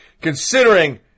considering